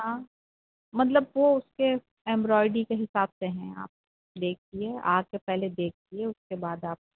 ہاں مطلب وہ اس کے ایمبرائڈری کے حساب سے ہیں آپ دیکھھیے آ کے پہلے دیکھھیے اس کے بعد آپ